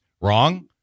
wrong